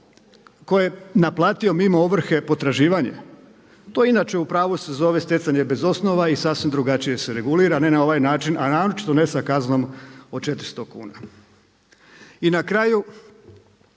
ko je naplatio mimo ovrhe potraživanje. To se inače u pravu zove stjecanje bez osnova i sasvim drugačije se regulira ne na ovaj način, a naročito ne sa kaznom od 400 kuna. I na kraju,